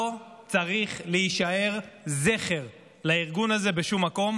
לא צריך להישאר זכר לארגון הזה בשום מקום.